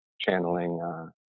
channeling